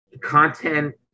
Content